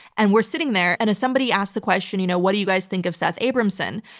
and we're sitting there, and somebody asks the question, you know what do you guys think of seth abramson?